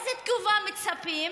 לאיזו תגובה מצפים?